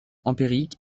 empirique